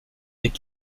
est